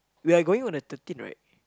we are going on the thirteen right